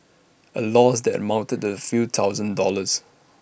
A loss that amounted the few thousand dollars